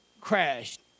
crashed